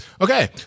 Okay